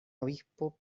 obispo